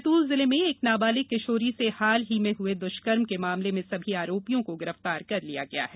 बैतूल जिले में एक नाबालिग किशोरी से हाल ही में हुए दुष्कर्म के मामले में सभी आरोपियों को गिरफ्तार कर लिया है